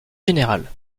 général